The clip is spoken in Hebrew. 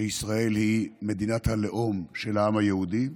שישראל היא מדינת הלאום של העם היהודי.